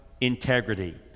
integrity